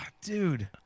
dude